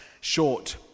short